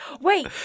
wait